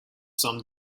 some